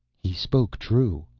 he spoke true,